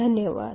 धन्यवाद